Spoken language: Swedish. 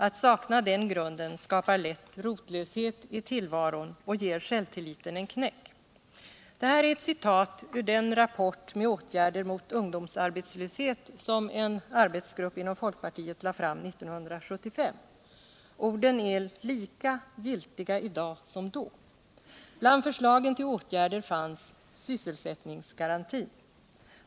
Att sakna den grunden skapar lätt rotlöshet i tillvaron och ger självtulliten en knäck.” Det här är ett citat ur den rapport med atgärder mot ungdomsarbetslöshet som en arbetsgrupp inom folkpartiet lade fram 1975. Orden är lika giltiga i dag som då. Bland förslagen tll åtgärder fanns sysselsättningsgarantin.